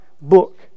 book